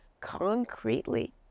concretely